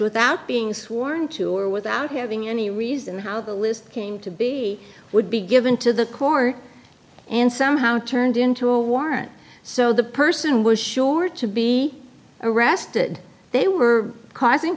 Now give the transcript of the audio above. without being sworn to or without having any reason how the list came to be would be given to the court and somehow turned into a warrant so the person was sure to be arrested they were causing